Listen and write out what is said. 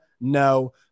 no